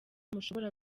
mushobora